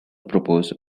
propose